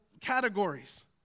categories